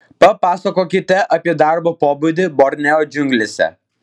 papasakokite apie darbo pobūdį borneo džiunglėse